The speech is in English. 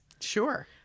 Sure